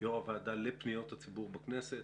יושב ראש הוועדה לפניות הציבור בכנסת.